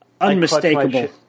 Unmistakable